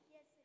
Yes